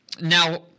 Now